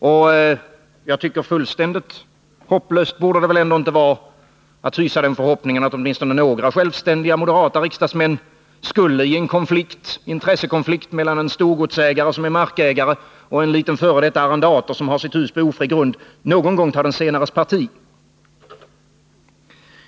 Det är kanske inte helt utsiktslöst att hysa den förhoppningen att åtminstone några, självständiga moderata riksdagsmän, vid en intressekonflikt mellan en storgodsägare, som tillika är markägare, och en liten f. d. arrendator med ett hus på ofri grund, någon gång skulle ta den senares parti.